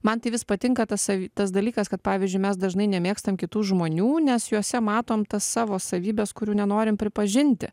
man tai vis patinka tas savi tas dalykas kad pavyzdžiui mes dažnai nemėgstam kitų žmonių nes juose matom tas savo savybes kurių nenorim pripažinti